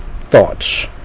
thoughts